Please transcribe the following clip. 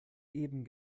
eben